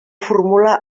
formula